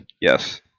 Yes